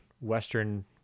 Western